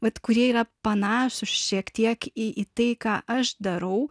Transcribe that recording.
vat kurie yra panašūs šiek tiek į į tai ką aš darau